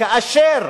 כאשר